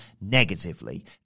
negatively